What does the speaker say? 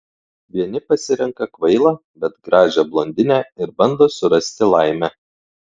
vieni pasirenka kvailą bet gražią blondinę ir bando surasti laimę